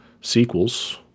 sequels